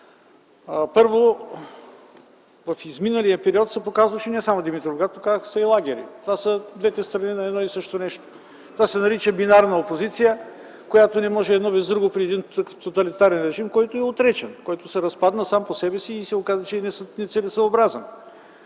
Първо, в изминалия период се показваше не само Димитровград, показваха се и лагери. Това са двете страни на едно и също нещо. Това се нарича бинарна опозиция, което не може едно без друго при един тоталитарен режим, който бе обречен и който се разпадна сам по себе си. Оказа се, че е нецелесъобразен.